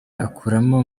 akuramo